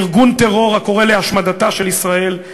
ארגון טרור הקורא להשמדתה של ישראל,